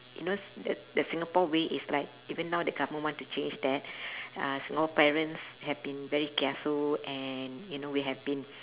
you know s~ the the singapore way is like even now the government want to change that uh more parents have been very kiasu and you know we have been